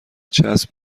چسب